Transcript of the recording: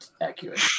accurate